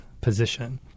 position